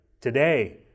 today